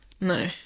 No